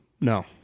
No